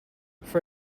for